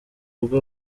ubwo